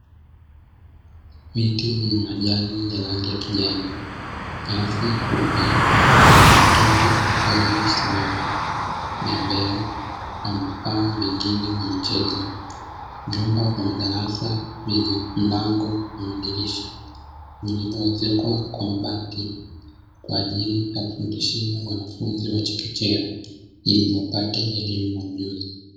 Miti yenye majani ya rangi ya kijani, nyasi fupi, watoto waliosimama, bembea na vifaa vingine vya michezo, vyumba vya madarasa vyenye mlango na madirisha vilivyoezekwa kwa mabati kwa ajili ya kufundishia wanafunzi wa chekechea ili wapate elimu na ujuzi.